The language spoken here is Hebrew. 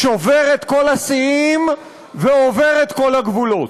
שובר את כל השיאים ועובר את כל הגבולות.